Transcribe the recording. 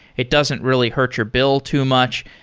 it doesn't really hurt your bill too much.